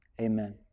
amen